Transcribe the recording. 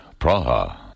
Praha